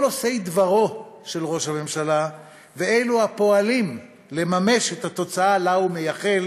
כל עושי דברו של ראש הממשלה ואלה הפועלים לממש את התוצאה שלה הוא מייחל